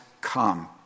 come